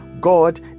God